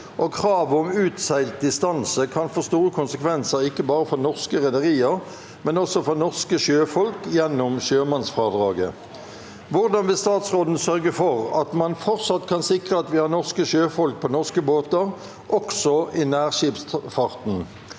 og krav om utseilt distanse kan få store kon- sekvenser ikke bare for norske rederier, men også for nor- ske sjøfolk gjennom sjømannsfradraget. Hvordan vil statsråden sørge for at man fortsatt kan sikre at vi har norske sjøfolk på norske båter også i nær- skipsfarten,